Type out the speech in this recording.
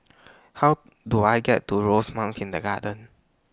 How Do I get to Rosemount Kindergarten